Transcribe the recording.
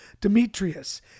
Demetrius